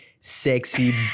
sexy